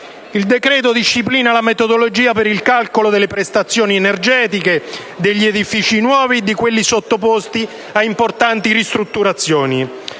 Il decreto-legge disciplina la metodologia per il calcolo delle prestazioni energetiche degli edifici nuovi e di quelli sottoposti a importanti ristrutturazioni,